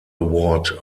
award